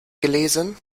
gelesen